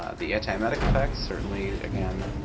the antiemetic affects, certainly again,